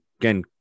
Again